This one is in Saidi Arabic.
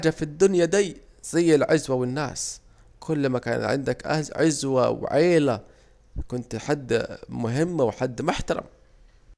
أهم حاجة في الدنيا دي العزوة والناس، كل ما كان عندك عزوة وعيلة كنت حد مهم وحد محترم